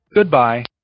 Goodbye